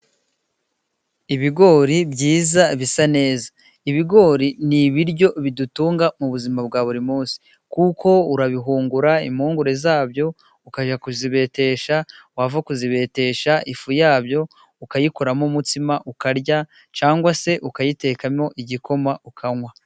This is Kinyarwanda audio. Ibigori byiza bisa neza, ibigori ni ibiryo bidutunga mu buzima bwa buri munsi, kuko urabihungura imungure zabyo ukajya kuzibetesha wava kuzibetesha ifu yabyo ukayikoramo umutsima ukarya cyangwa se ukayitekamo igikoma ukanywa.